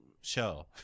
show